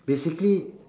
basically